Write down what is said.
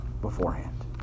beforehand